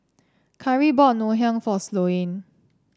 Karri bought Ngoh Hiang for Sloane